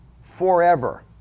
forever